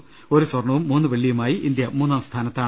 രണ്ടു സ്വർണ്ണവും മൂന്ന് വെള്ളിയുമായി ഇന്ത്യ മൂന്നാം സ്ഥാനത്താണ്